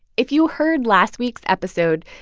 if you heard last week's episode,